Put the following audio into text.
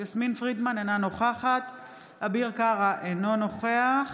יסמין פרידמן, אינה נוכחת אביר קארה, אינו נוכח